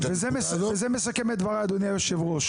זה מסכם את דבריי, אדוני היושב-ראש.